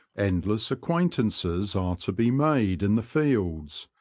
endless acquaintances are to be made in the fields,